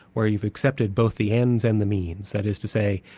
where you've accepted both the ends and the means. that is to say,